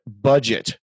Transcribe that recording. Budget